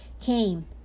came